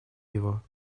его